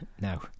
No